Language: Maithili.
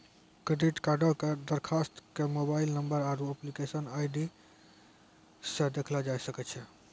क्रेडिट कार्डो के दरखास्त के मोबाइल नंबर आरु एप्लीकेशन आई.डी से देखलो जाय सकै छै